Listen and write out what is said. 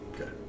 Okay